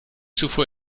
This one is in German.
zuvor